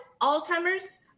Alzheimer's